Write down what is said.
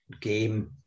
game